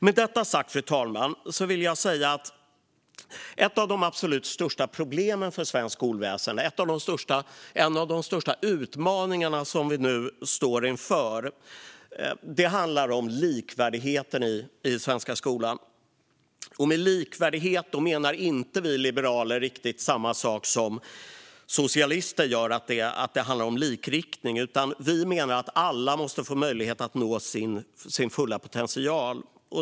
Med detta sagt, fru talman, vill jag säga att ett av de absolut största problemen för svenskt skolväsen, och en av de största utmaningar som vi nu står inför, handlar om likvärdigheten i den svenska skolan. Med likvärdighet menar vi liberaler inte riktigt samma sak som socialister gör - att det handlar om likriktning - utan vi menar att alla måste få möjlighet att nå sin fulla potential.